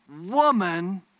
woman